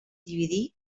dividir